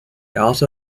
also